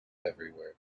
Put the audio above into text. everywhere